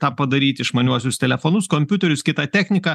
tą padaryt išmaniuosius telefonus kompiuterius kitą techniką